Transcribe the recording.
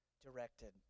directed